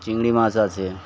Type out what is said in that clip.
চিংড়ি মাছ আছে